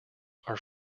are